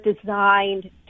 designed